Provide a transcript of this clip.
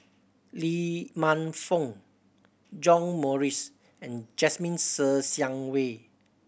Lee Man Fong John Morrice and Jasmine Ser Xiang Wei